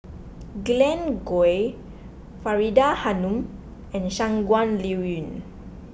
Glen Goei Faridah Hanum and Shangguan Liuyun